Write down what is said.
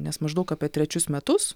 nes maždaug apie trečius metus